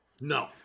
No